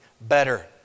better